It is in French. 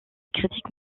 critiques